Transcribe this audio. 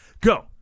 Go